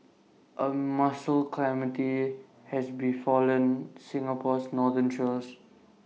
A mussel calamity has befallen Singapore's northern shores